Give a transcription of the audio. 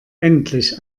endlich